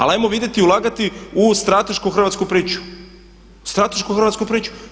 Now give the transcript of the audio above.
Ali ajmo vidjeti ulagati u stratešku hrvatsku priču, u stratešku hrvatsku priču.